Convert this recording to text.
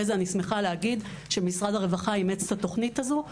כך אני שמחה להגיד שמשרד הרווחה אימץ את התוכנית הזו.